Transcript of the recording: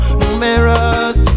numerous